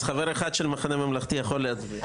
אז חבר אחד של המחנה הממלכתי יכול להצביע.